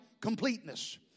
completeness